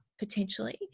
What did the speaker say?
potentially